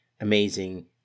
amazing